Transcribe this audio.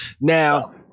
Now